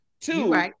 Two